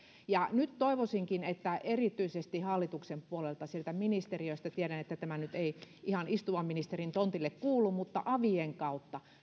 nyt toivoisinkin että erityisesti hallituksen puolelta sieltä ministeriöstä tiedän että tämä nyt ei ihan istuvan ministerin tontille kuulu mutta avien kautta